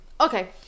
Okay